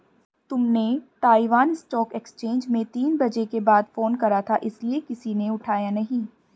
तुमने Taiwan stock exchange में तीन बजे के बाद फोन करा था इसीलिए किसी ने उठाया नहीं